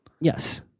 Yes